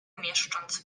mieszcząc